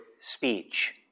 Speech